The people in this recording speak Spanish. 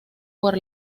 por